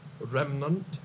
remnant